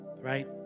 right